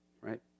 right